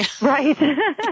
Right